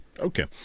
Okay